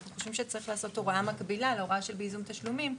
אנחנו חושבים שצריך לעשות הוראה מקבילה להוראה שבייזום התשלומים,